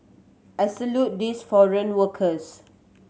I salute these foreign workers